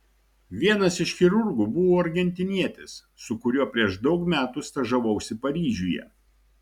vienas iš chirurgų buvo argentinietis su kuriuo prieš daug metų stažavausi paryžiuje